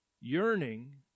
yearning